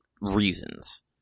reasons